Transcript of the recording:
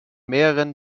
mehreren